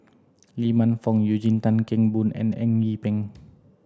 Lee Man Fong Eugene Tan Kheng Boon and Eng Yee Peng